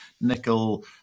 nickel